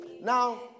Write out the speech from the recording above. Now